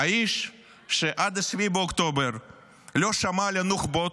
האיש שעד 7 באוקטובר לא שמע על הנוח'בות,